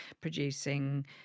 producing